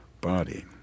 body